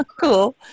cool